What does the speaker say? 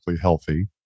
healthy